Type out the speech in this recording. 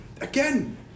Again